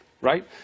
right